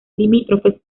limítrofes